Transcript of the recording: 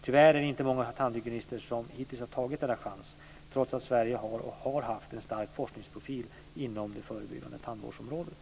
Tyvärr är det inte många tandhygienister som hittills har tagit denna chans, trots att Sverige har och har haft en stark forskningsprofil inom det förebyggande tandvårdsområdet.